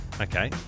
Okay